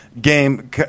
game